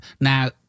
Now